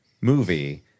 movie